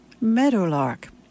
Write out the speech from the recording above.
Meadowlark